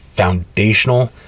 Foundational